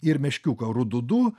ir meškiuką rududu